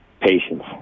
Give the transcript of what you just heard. Patience